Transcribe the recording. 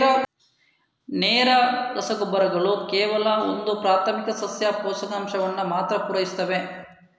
ನೇರ ರಸಗೊಬ್ಬರಗಳು ಕೇವಲ ಒಂದು ಪ್ರಾಥಮಿಕ ಸಸ್ಯ ಪೋಷಕಾಂಶವನ್ನ ಮಾತ್ರ ಪೂರೈಸ್ತವೆ